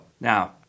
now